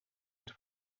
ens